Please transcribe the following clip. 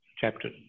Chapter